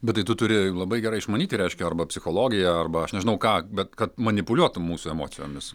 bet tai tu turi labai gerai išmanyti reiškia arba psichologiją arba aš nežinau ką bet kad manipuliuotum mūsų emocijomis